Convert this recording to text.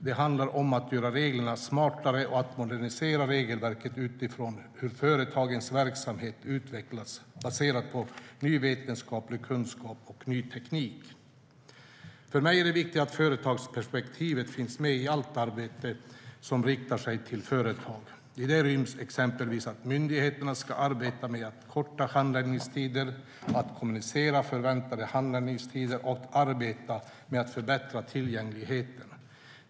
Det handlar om att göra reglerna smartare och att modernisera regelverk utifrån hur företagens verksamhet utvecklas baserat på ny vetenskaplig kunskap och ny teknik. För mig är det viktigt att företagsperspektivet finns med i allt arbete som riktar sig till företag. I det ryms exempelvis att myndigheterna ska arbeta med att korta handläggningstider, att kommunicera förväntade handläggningstider och arbeta med att förbättra tillgängligheten.